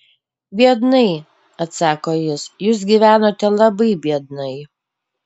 biednai atsako jis jūs gyvenote labai biednai